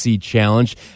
Challenge